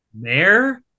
Mayor